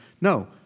no